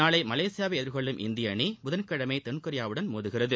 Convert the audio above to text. நாளை மலேசியாவை எதிர்கொள்ளும் இந்திய அணி புதன் கிழமை தென்கொரியாவுடன் மோதும்